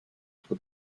for